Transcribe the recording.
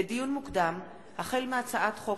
לדיון מוקדם: החל מהצעת חוק